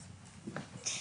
יצא.